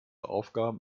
aufgaben